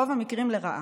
ברוב המקרים לרעה.